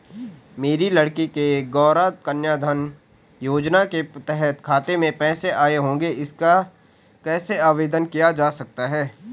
मेरी लड़की के गौंरा कन्याधन योजना के तहत खाते में पैसे आए होंगे इसका कैसे आवेदन किया जा सकता है?